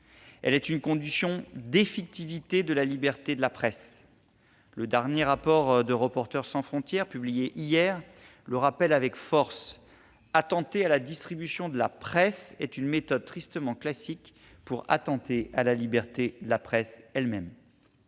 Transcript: Elle est une condition d'effectivité de la liberté de la presse. Le dernier rapport de Reporters sans frontières, publié hier, le rappelle avec force : attenter à la distribution de la presse est une méthode tristement classique pour attenter à la liberté de la presse elle-même.